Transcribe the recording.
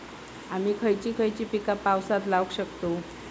आम्ही खयची खयची पीका पावसात लावक शकतु?